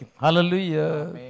Hallelujah